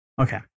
okay